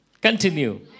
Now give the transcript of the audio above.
Continue